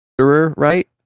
right